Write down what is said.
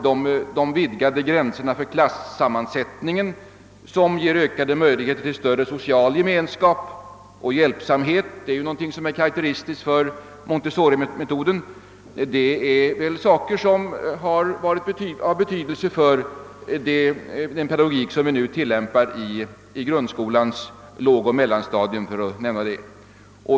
De vidgade gränserna för klassammansättning, som ger ökade möjligheter för social gemenskap och hjälpsamhet — det är karakteristiskt för montessorimetoden — har varit av betydelse för den pedagogik som nu tillämpas på grundskolans lågoch mellanstadium.